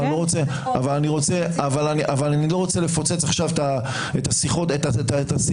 אבל אני לא רוצה לפוצץ עכשיו את השיח הזה.